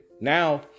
Now